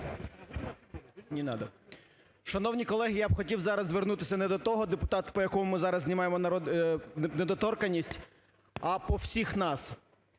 НАЙЄМ М. Шановні колеги, я б хотів зараз звернутися не до того депутата, по якому ми зараз знімаємо недоторканність, а по всіх нас.